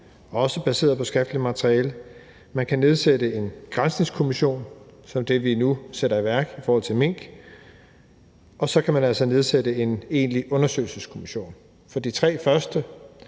også baseret på skriftligt materiale; man kan nedsætte en granskningskommission som den, vi nu sætter i værk i forhold til mink; og så kan man altså nedsætte en egentlig undersøgelseskommission. De tre første